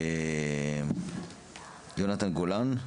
יונתן גולן.